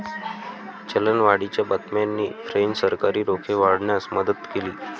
चलनवाढीच्या बातम्यांनी फ्रेंच सरकारी रोखे वाढवण्यास मदत केली